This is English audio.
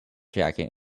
jacket